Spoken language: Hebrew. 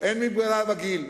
אין מגבלה, אין מגבלה בגיל.